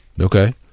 Okay